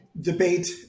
debate